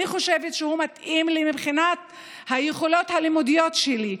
חושבת שהוא מתאים לי מבחינת היכולות הלימודיות שלי.